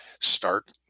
start